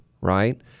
right